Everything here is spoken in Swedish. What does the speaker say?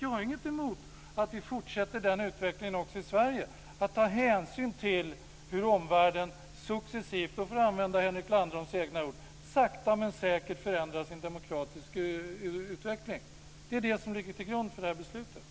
Jag har inget emot att vi fortsätter den utvecklingen också i Sverige och tar hänsyn till hur omvärlden successivt och, för att använda Henrik Landerholms egna ord, sakta men säkert förändrar sin demokratiska utveckling. Det är det som ligger till grund för det här beslutet.